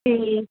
ਠੀਕ